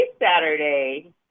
Saturday